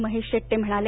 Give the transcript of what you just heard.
महेश शेट्टे म्हणाले